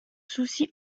souci